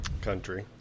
Country